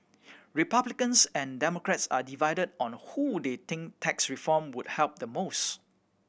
Republicans and Democrats are divided on who they think tax reform would help the most